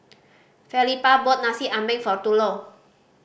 Felipa brought Nasi Ambeng for Thurlow